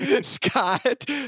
Scott